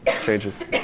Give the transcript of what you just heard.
changes